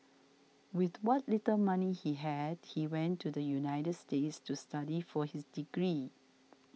with what little money he had he went to the United States to study for his degree